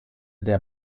der